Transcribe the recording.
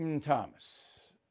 Thomas